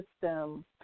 system